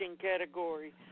category